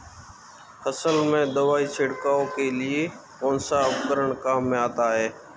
फसल में दवाई छिड़काव के लिए कौनसा उपकरण काम में आता है?